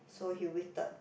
so he waited